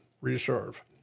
reserve